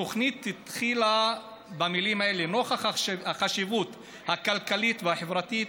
התוכנית התחילה במילים האלה: "נוכח החשיבות הכלכלית והחברתית